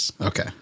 Okay